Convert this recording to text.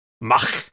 Mach